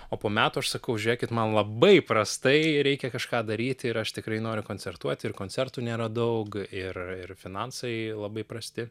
o po metų aš sakau žiūrėkit man labai prastai reikia kažką daryti ir aš tikrai noriu koncertuoti ir koncertų nėra daug ir ir finansai labai prasti